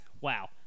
Wow